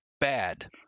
bad